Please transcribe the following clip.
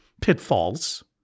pitfalls